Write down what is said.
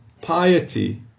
piety